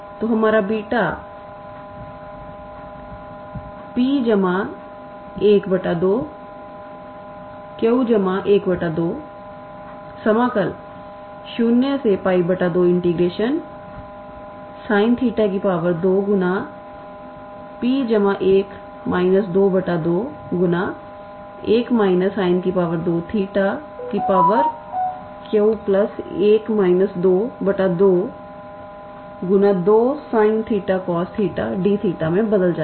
तो हमारा B p 12 q 12 समाकल0𝜋 2 𝑠𝑖𝑛𝜃 2 p1 22 1 − 𝑠𝑖𝑛2𝜃 q1 22 2 sin 𝜃 cos 𝜃 𝑑𝜃 मे बदल जाएगा